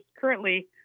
currently